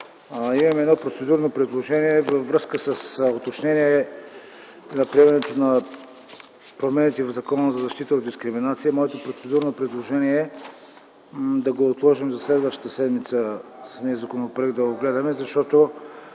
Имам едно процедурно предложение във връзка с уточнението относно приемането на промените в Закона за защита от дискриминация. Моето процедурно предложение е да отложим за следващата седмица гледането на самия законопроект, защото